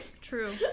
True